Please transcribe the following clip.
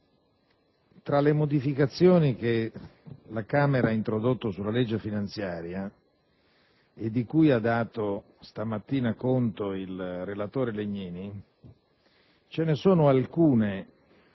tra le modificazioni che la Camera ha introdotto alla legge finanziaria, e di cui ha dato stamattina conto il relatore Legnini, ce ne sono alcune